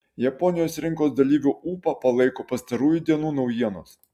japonijos rinkos dalyvių ūpą palaiko pastarųjų dienų naujienos